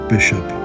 Bishop